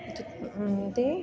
एतत्तु ते